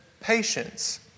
patience